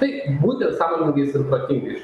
tai būti sąmoningais ir protingais